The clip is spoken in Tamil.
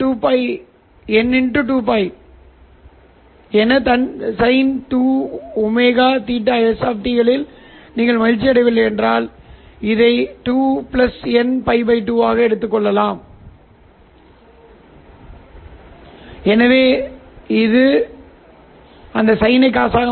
சரி நான் பெற்றிருப்பது சில DC a sin θs சரி இவை இரண்டு மின் சமிக்ஞைகள் இவை புகைப்பட நீரோட்டங்கள் ஒன்று கட்டத்தின் ஒரு கூறு மற்றொன்று இருக்கிறது இருபடி கூறு சரி எனவே சில மின் வழிகளைப் பயன்படுத்துவதன் மூலம் அதை கட்டமாகவும் இருபடி கூறுகளிலும் பெற்றுள்ளேன் குவாட்ரேச்சர் கூறுகளை j மூலம் பெருக்கி அவற்றைச் சேர்க்கலாம்